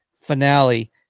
finale